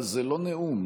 אבל זה לא נאום.